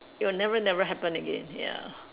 it will never never happen again ya